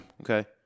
Okay